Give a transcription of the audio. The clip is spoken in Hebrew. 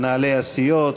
מנהלי הסיעות,